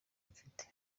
mfite